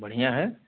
बढ़िया है